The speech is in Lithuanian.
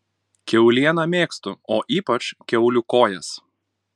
kiaulieną mėgstu o ypač kiaulių kojas